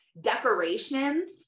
Decorations